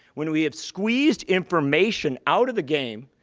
when we have squeezed information out of the game,